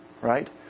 right